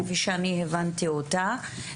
כפי שאני הבנתי אותה,